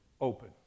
open